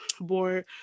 board